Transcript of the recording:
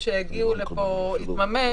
לפני קבלת ההחלטה על כך,